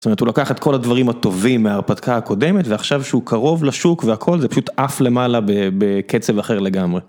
זאת אומרת הוא לוקח את כל הדברים הטובים מההרפתקה הקודמת ועכשיו שהוא קרוב לשוק והכל זה פשוט עף למעלה בקצב אחר לגמרי.